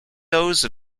those